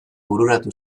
bururatu